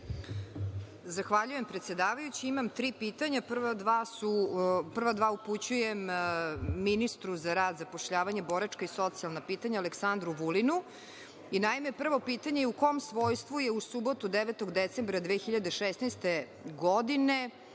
Zahvaljujem, predsedavajući. Imam tri pitanja. Prva dva pitanja upućujem ministru za rad, zapošljavanje, boračka i socijalna pitanja Aleksandru Vulinu. Naime, prvo pitanje je – u kom svojstvu je u subotu 9. decembra 2016. godine